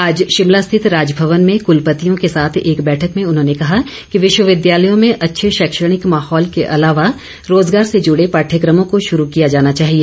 आज शिमला स्थित राजभवन में कुलपतियों के साथ एक बैठक में उन्होंने कहा कि विश्वविद्यालयों में अच्छे शैक्षणिक माहौल के अलावा रोजगार से जुड़े पाद्यक्रमों को शुरू किया जाना चाहिए